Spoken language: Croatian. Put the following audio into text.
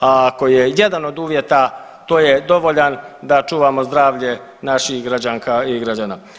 A ako je jedan od uvjeta to je dovoljan da čuvamo zdravlje naših građanki i građana.